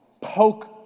poke